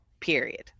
period